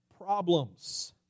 problems